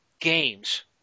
games